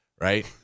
Right